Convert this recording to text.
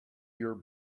your